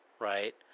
right